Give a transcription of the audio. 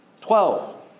Twelve